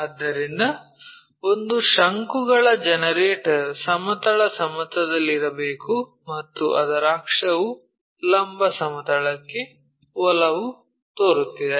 ಆದ್ದರಿಂದ ಒಂದು ಶಂಕುಗಳ ಜನರೇಟರ್ ಸಮತಲ ಸಮತಲದಲ್ಲಿರಬೇಕು ಮತ್ತು ಅದರ ಅಕ್ಷವು ಲಂಬ ಸಮತಲಕ್ಕೆ ಒಲವು ತೋರುತ್ತಿದೆ